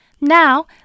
Now